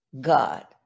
God